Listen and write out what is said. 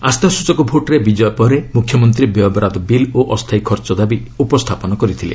ଆସ୍ଥାସଚକ ଭୋଟ୍ରେ ବିଜୟ ପରେ ମୁଖ୍ୟମନ୍ତ୍ରୀ ବ୍ୟୟ ବରାଦ ବିଲ୍ ଓ ଅସ୍ଥାୟୀ ଖର୍ଚ୍ଚ ଦାବି ଉପସ୍ଥାପନ କରିଥିଲେ